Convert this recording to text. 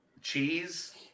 Cheese